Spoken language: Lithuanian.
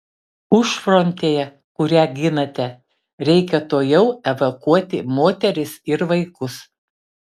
užfrontėje kurią ginate reikia tuojau evakuoti moteris ir vaikus